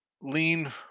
lean